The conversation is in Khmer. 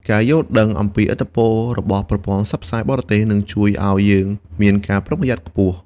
ការយល់ដឹងអំពីឥទ្ធិពលរបស់ប្រព័ន្ធផ្សព្វផ្សាយបរទេសនឹងជួយឲ្យយើងមានការប្រុងប្រយ័ត្នខ្ពស់។